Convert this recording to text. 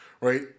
right